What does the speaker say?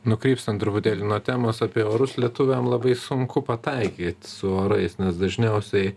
nukrypstant truputėlį nuo temos apie orus lietuviam labai sunku pataikyt su orais nes dažniausiai